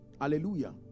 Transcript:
Hallelujah